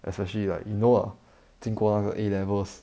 especially like you know ah 经过那个 A levels